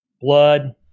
blood